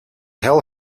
hell